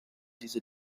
diese